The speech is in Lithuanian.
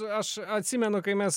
aš atsimenu kai mes